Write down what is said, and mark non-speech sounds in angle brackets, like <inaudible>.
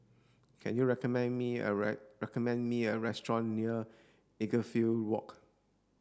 can you recommend me a <unintelligible> recommend me a restaurant near Edgefield Walk